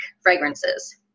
fragrances